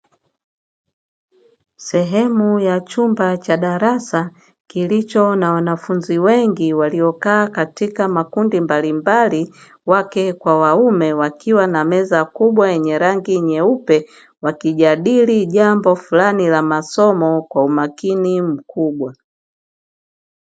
Sehemu ya chumba cha darasa kilicho na wanafunzi wengi waliokaa katika makundi mbalimbali wake kwa waume wakiwa na meza kubwa yenye rangi nyeupe, wakijadili jambo fulani la masomo kwa umakini mkubwa.